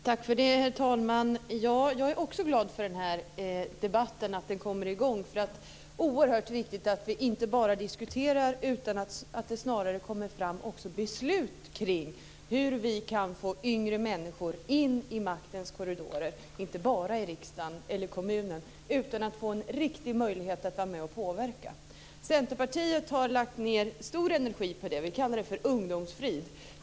Herr talman! Jag är också glad över att denna debatt kommer i gång. Det är oerhört viktigt att vi inte bara diskuterar utan att det också fattas beslut om hur vi kan få yngre människor in i maktens korridorer, inte bara i riksdagen eller i kommunerna, och få en riktig möjlighet att vara med och påverka. Centerpartiet har lagt ned stor energi på det, och vi kallar det för ungdomsfrid.